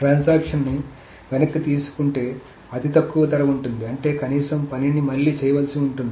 transaction ని వెనక్కి తీసుకుంటే అతి తక్కువ ధర ఉంటుంది అంటే కనీసం పనిని మళ్లీ చేయాల్సి ఉంటుంది